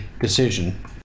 decision